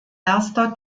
erster